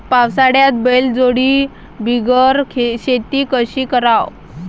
पावसाळ्यात बैलजोडी बिगर शेती कशी कराव?